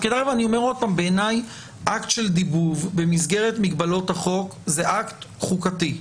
אני אומר שוב שבעיניי אקט של דיבוב במסגרת מגבלות החוק הוא אקט חוקתי.